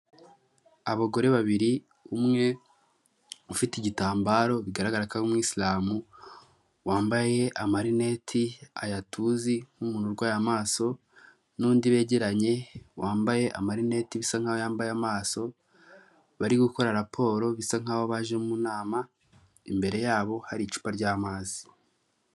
Abagore babiri umwe ufite igitambaro bigaragara ko ari umwisilamu wambaye amarineti aya tuzi nk'umuntu urwaye amaso, n'undi begeranye wambaye amarineti bisa nkaho yambaye amaso bari gukora raporo bisa nkaho baje mu nama, imbere yabo hari icupa ry'amazi.